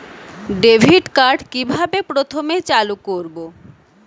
Debit card কিভাবে প্রথমে চালু করব?